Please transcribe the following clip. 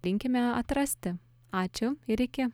linkime atrasti ačiū ir iki